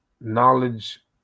knowledge